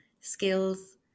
skills